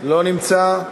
לא נמצא.